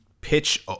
pitch